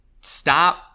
Stop